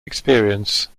experience